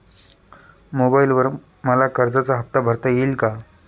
मोबाइलवर मला कर्जाचा हफ्ता भरता येईल का?